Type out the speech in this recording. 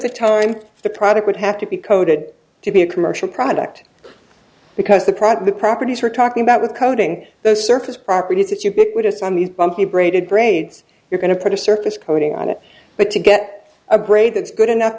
the time the product would have to be coded to be a commercial product because the product the properties we're talking about with coating the surface properties it's ubiquitous on these bumpy braided braids you're going to put a surface coating on it but to get a break that's good enough